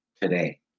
today